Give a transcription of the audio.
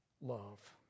love